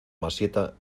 masieta